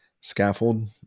Scaffold